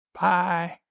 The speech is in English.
Bye